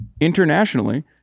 internationally